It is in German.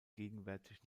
gegenwärtig